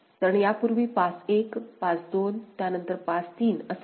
कारण यापूर्वी pass 1 pass 2 त्यानंतर पास 3 असा आहे